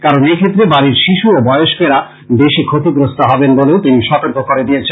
কারণ এক্ষেত্রে বাড়ির শিশু ও বয়ফ্করা বেশি ক্ষতিগ্রস্ত হবে বলেও তিনি সতর্কে করে দেন